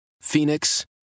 Phoenix